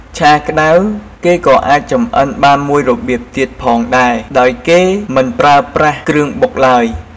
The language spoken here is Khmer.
ឆាក្តៅគេក៏អាចចម្អិនបានមួយរបៀបទៀតផងដែរដោយគេមិនប្រើប្រាស់គ្រឿងបុកឡើយ។